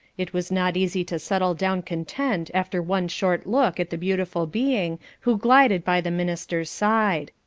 it was not easy to settle down content after one short look at the beautiful being who glided by the minister's side.